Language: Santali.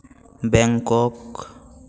ᱵᱮᱝᱠᱚᱠ